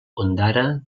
ondara